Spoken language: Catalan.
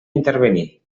intervenir